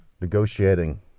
negotiating